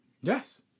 Yes